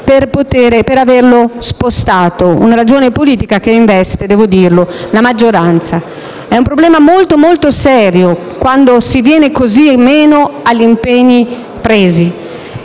per averlo spostato; una ragione politica che - devo dirlo - investe la maggioranza. È un problema davvero molto serio quando si viene meno agli impegni presi